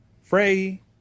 Frey